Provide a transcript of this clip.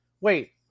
wait